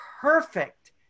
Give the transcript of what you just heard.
perfect